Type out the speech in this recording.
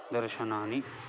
दर्शनानि